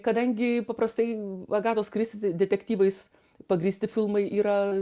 kadangi paprastai agatos kristi detektyvais pagrįsti filmai yra